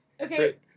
Okay